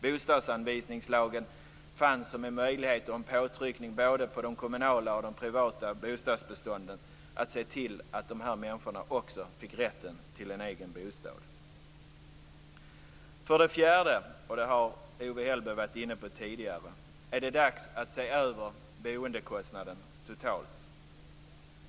Bostadsanvisningslagen fanns som en möjlighet och en påtryckning både på de kommunala och på de privata bostadsbestånden att se till att dessa människor också fick rätten till en egen bostad. För det fjärde är det dags att se över boendekostnaden totalt, vilket Owe Hellberg har varit inne på tidigare.